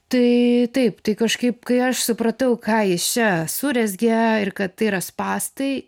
tai taip tai kažkaip kai aš supratau ką jis čia surezgė ir kad tai yra spąstai